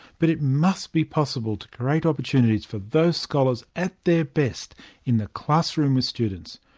but it must be possible to create opportunities for those scholars at their best in the classroom with students,